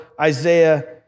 Isaiah